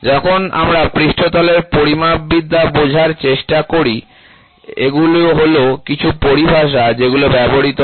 যখন আমরা পৃষ্ঠতলের পরিমাপবিদ্যা বোঝার চেষ্টা করি এগুলো হলো কিছু পরিভাষা যেগুলো ব্যবহৃত হয়